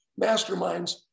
masterminds